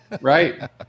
right